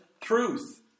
truth